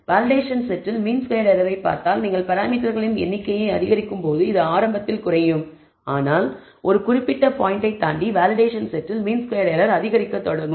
validation செட்டில் mean squared error ஐ பார்த்தால் நீங்கள் பராமீட்டர்களின் எண்ணிக்கையை அதிகரிக்கும்போது இது ஆரம்பத்தில் குறையும் ஆனால் ஒரு குறிப்பிட்ட பாயின்ட் ஐ தாண்டி வேலிடேஷன் செட்டில் மீன் ஸ்கொயர்ட் எரர் அதிகரிக்கத் தொடங்கும்